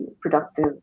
productive